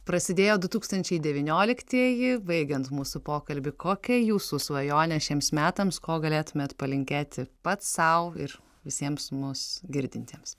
prasidėjo du tūkstančiai devynioliktieji baigiant mūsų pokalbį kokia jūsų svajonė šiems metams ko galėtumėt palinkėti pats sau ir visiems mus girdintiems